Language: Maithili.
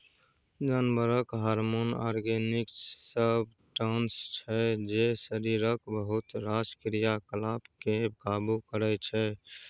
जानबरक हारमोन आर्गेनिक सब्सटांस छै जे शरीरक बहुत रास क्रियाकलाप केँ काबु करय छै